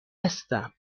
هستم